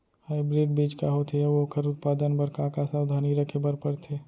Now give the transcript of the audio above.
Hybrid बीज का होथे अऊ ओखर उत्पादन बर का का सावधानी रखे बर परथे?